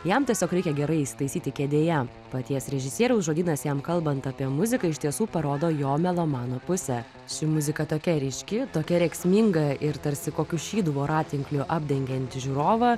jam tiesiog reikia gerai įsitaisyti kėdėje paties režisieriaus žodynas jam kalbant apie muziką iš tiesų parodo jo melomano pusę ši muzika tokia ryški tokia rėksminga ir tarsi kokiu šydu voratinkliu apdengianti žiūrovą